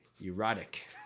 erotic